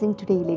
today